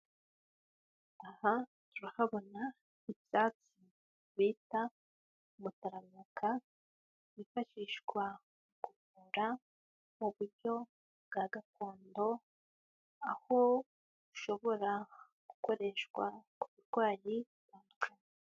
Aha turahabona icyatsi bita mutaramaka wifashishwa kuvu mu buryo bwa gakondo aho ushobora gukoreshwa ku burwayi mutwe.